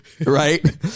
right